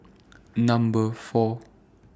Number four